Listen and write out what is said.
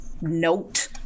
note